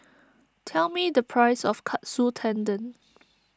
tell me the price of Katsu Tendon